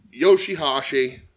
Yoshihashi